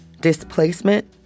Displacement